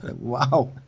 wow